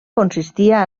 consistia